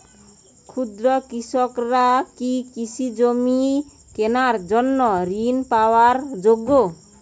ক্ষুদ্র কৃষকরা কি কৃষিজমি কেনার জন্য ঋণ পাওয়ার যোগ্য?